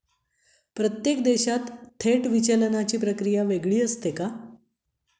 प्रत्येक देशात थेट विचलनाची प्रक्रिया वेगळी असते का?